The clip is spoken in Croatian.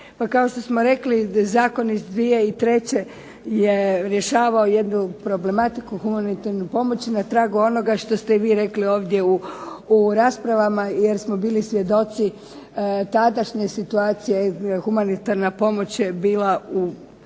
Pa kao što smo rekli zakon iz 2003. je rješavao jednu problematiku humanitarne pomoći na tragu onoga što ste vi rekli ovdje na raspravama jer smo bili svjedoci tadašnje situacije humanitarna pomoć je bila u